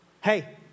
hey